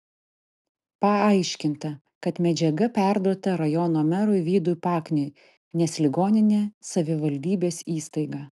paaiškinta kad medžiaga perduota rajono merui vydui pakniui nes ligoninė savivaldybės įstaiga